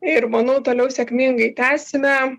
ir manau toliau sėkmingai tęsime